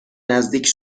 نزدیک